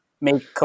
make